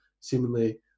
seemingly